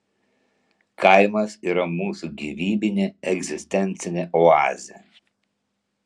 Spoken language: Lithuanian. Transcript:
kaimas yra mūsų gyvybinė egzistencinė oazė